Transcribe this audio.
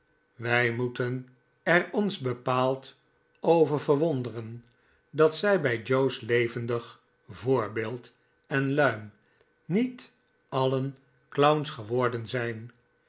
wij moeten er ons bepaald over verwonderen dat zij bij joe's levendig voorbeeld en luim niet alien clowns geworden zijn